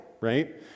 right